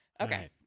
Okay